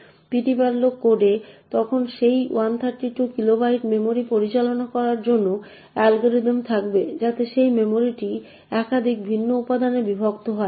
ptmalloc কোডে তখন সেই 132 কিলোবাইট মেমরি পরিচালনা করার জন্য অ্যালগরিদম থাকবে যাতে সেই মেমরিটি একাধিক ভিন্ন উপাদানে বিভক্ত হয়